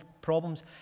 problems